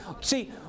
See